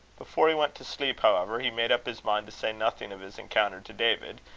before he went to sleep, however, he made up his mind to say nothing of his encounter to david,